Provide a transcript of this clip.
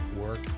work